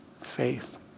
faith